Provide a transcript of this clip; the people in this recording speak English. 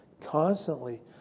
constantly